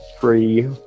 free